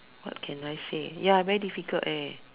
what can I say ya very difficult leh